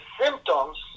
symptoms